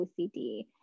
OCD